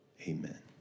Amen